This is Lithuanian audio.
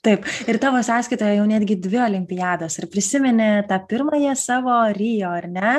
taip ir tavo sąskaitoje jau netgi dvi olimpiados ar prisimeni tą pirmąją savo rio ar ne